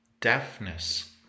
deafness